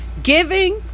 giving